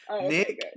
Nick